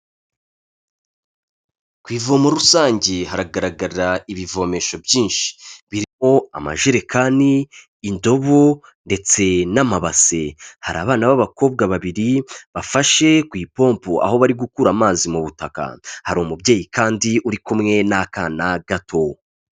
Ku ivomo rusange haragaragarara ibivomesho byinshi, birimo amajerekani, indobo ndetse n'amabase, hari abana b'abakobwa babiri bafashe ku ipompo aho bari gukura amazi mu butaka, hari umubyeyi kandi uri kumwe n'akana gato.